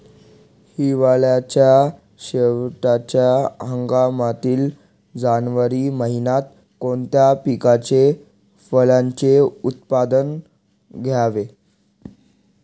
हिवाळ्याच्या शेवटच्या हंगामातील जानेवारी महिन्यात कोणत्या पिकाचे, फळांचे उत्पादन घ्यावे?